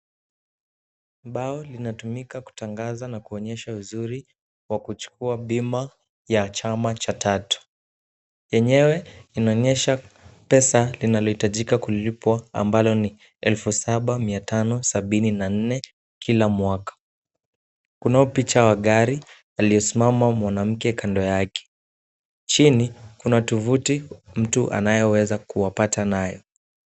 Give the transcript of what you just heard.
Mbao linatumika kutangaza na kuonyesha uzuri wa kuchukua bima ya chama cha tatu. Enyewe inaonyesha pesa linalohitajika kulipwa ambalo ni 7,574 kila mwaka. Kunao picha wa gari aliyesimama mwanamke kando yake. Chini kuna tovuti mtu anayeweza kuwapata naye.